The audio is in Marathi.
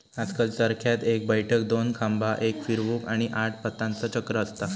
आजकल चरख्यात एक बैठक, दोन खांबा, एक फिरवूक, आणि आठ पातांचा चक्र असता